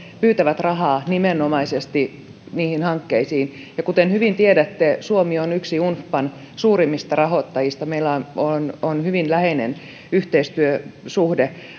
pyytävät rahaa nimenomaisesti niihin hankkeisiin ja kuten hyvin tiedätte suomi on yksi unfpan suurimmista rahoittajista meillä on hyvin läheinen yhteistyösuhde